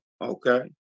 okay